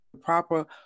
proper